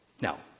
Now